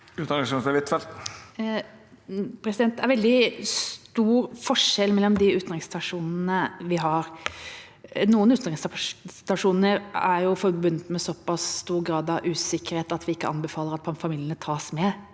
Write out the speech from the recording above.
Utenriksminister Anniken Huitfeldt Det er veldig stor forskjell mellom de utenriksstasjonene vi har. Noen utenriksstasjoner er forbundet med såpass stor grad av usikkerhet at vi ikke anbefaler at familiene tas med,